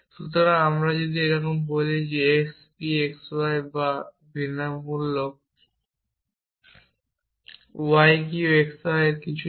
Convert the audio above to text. সুতরাং যদি আমি এইরকম কিছু বলি x p x y বা বিদ্যমান y q x y এরকম কিছুর জন্য